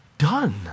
Done